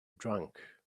drunk